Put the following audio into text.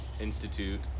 Institute